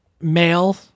male